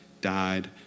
died